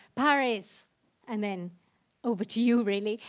paris and then over to you really,